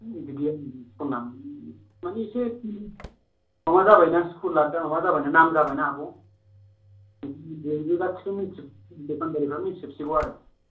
बिदि स्कुलना माने एसे माबा जाबायना दा स्कुला माबा जाबायना नाम जाबायना आब' जेरैबो गासिबो मिथियो दखानदारि फ्रानो मिथि जोबसिगौ आरो